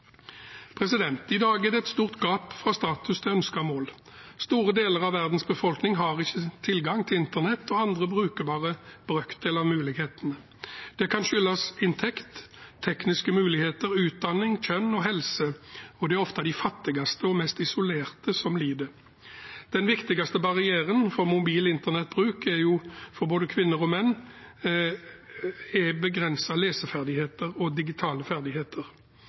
I dag er det et stort gap mellom status og ønsket mål. Store deler av verdens befolkning har ikke tilgang til internett, og andre bruker bare en brøkdel av mulighetene. Det kan skyldes inntekt, tekniske muligheter, utdanning, kjønn eller helse. Det er ofte de fattigste og mest isolerte som lider. Den viktigste barrieren for mobil internettbruk for både kvinner og menn er begrensede leseferdigheter og digitale ferdigheter.